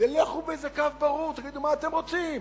לכו בקו ברור, תגידו מה אתם רוצים.